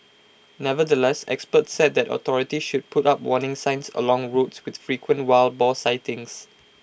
nevertheless experts said that authorities should put up warning signs along roads with frequent wild boar sightings